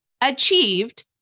achieved